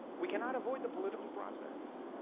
we cannot avoid the political process.